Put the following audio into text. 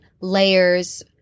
layers